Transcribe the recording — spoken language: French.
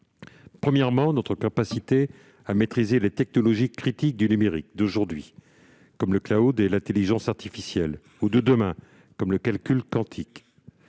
Premièrement, de notre capacité à maîtriser les technologies critiques du numérique d'aujourd'hui, comme le et l'intelligence artificielle, ou de demain, comme le calcul quantique.